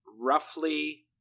roughly